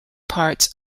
parts